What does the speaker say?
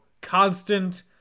constant